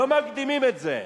לא מקדימים את זה.